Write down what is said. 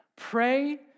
Pray